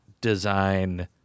design